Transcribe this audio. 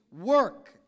work